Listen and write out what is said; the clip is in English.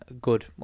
good